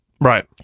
Right